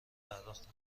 پرداختند